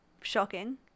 Shocking